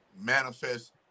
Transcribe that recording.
manifest